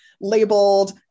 labeled